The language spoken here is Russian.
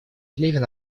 левин